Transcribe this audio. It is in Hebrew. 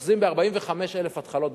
הן 45,000 בשנה.